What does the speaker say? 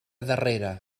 darrere